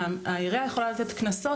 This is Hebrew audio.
העירייה יכולה לתת קנסות,